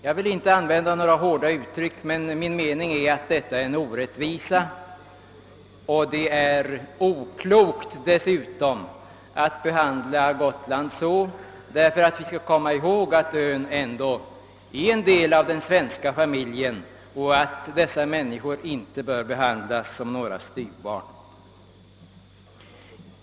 Jag vill inte använda några hårda uttryck, men min mening är att detta är en orättvisa. Dessutom är det oklokt att behandla Gotland så. Vi skall komma ihåg att ön ändå är en del av den svenska familjen och att de människor som bor där inte bör behandlas som några styvbarn.